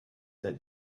that